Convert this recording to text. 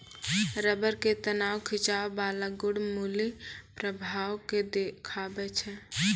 rubber के तनाव खिंचाव बाला गुण मुलीं प्रभाव के देखाबै छै